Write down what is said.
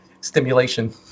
stimulation